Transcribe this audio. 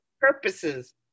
purposes